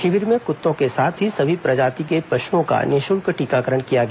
शिविर में कुतों के साथ ही सभी प्रजाति के पशुओं का निःशुल्क टीकाकरण किया गया